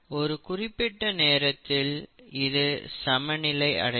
ஒரு குறிப்பிட்ட நேரத்தில் இது சமநிலை அடையும்